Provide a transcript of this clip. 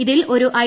ഇതിൽ ഒരു ഐ